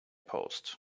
post